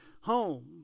home